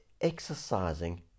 exercising